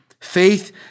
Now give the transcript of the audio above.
faith